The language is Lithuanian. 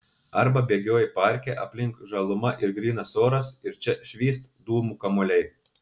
arba bėgioji parke aplink žaluma ir grynas oras ir čia švyst dūmų kamuoliai